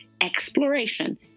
exploration